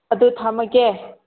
ꯑꯗꯣ ꯊꯝꯃꯒꯦ